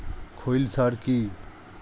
খৈল সার কি?